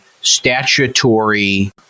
statutory